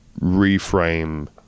reframe